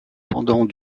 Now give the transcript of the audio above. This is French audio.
pendant